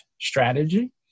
strategy